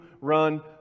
run